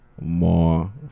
more